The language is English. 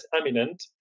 eminent